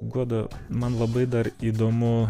guoda man labai dar įdomu